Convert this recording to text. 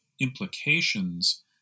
implications